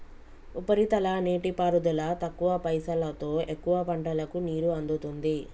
ఉపరితల నీటిపారుదల తక్కువ పైసలోతో ఎక్కువ పంటలకు నీరు అందుతుంది